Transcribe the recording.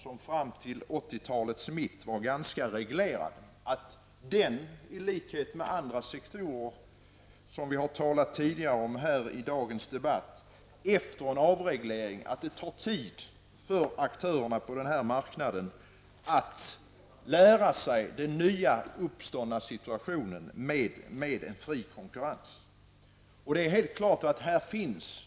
I likhet med vad som gäller för andra sektorer, och det har vi talat om tidigare i dag, tar det tid för aktörerna på den här marknaden att efter en avreglering lära sig den nya situationen med en fri konkurrens.